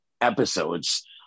episodes